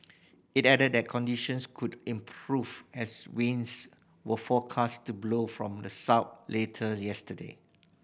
it added that conditions could improve as winds were forecast to blow from the south later yesterday